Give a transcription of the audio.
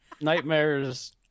Nightmares